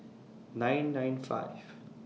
nine nine five